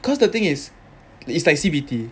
because the thing is it's like C_B_T